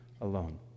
alone